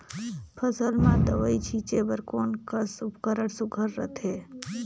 फसल म दव ई छीचे बर कोन कस उपकरण सुघ्घर रथे?